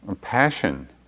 passion